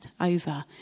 over